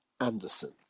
Anderson